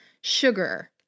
sugar